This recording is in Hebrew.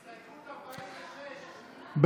הסתייגות 46,